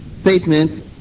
statement